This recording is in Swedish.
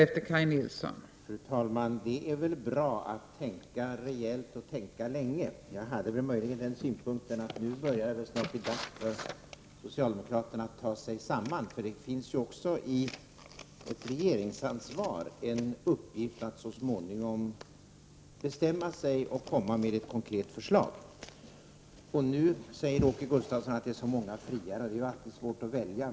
Fru talman! Det är väl bra att tänka rejält och tänka länge. Jag har möjligen den synpunkten att nu börjar det snart bli dags för socialdemokraterna att ta sig samman, för det finns i regeringsansvaret en uppgift att så småningom bestämma sig och komma med ett konkret förslag. Åke Gustavsson säger att det är så många friare. Det är alltid svårt att välja.